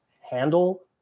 handle